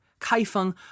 Kaifeng